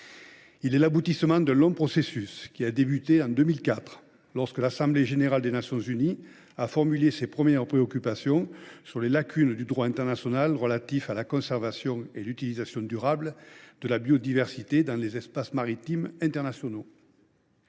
est l’aboutissement d’un long processus qui a débuté en 2004, lorsque l’Assemblée générale des Nations unies a formulé ses premières préoccupations sur les lacunes du droit international relatif à la conservation et à l’utilisation durable de la biodiversité dans les espaces maritimes internationaux.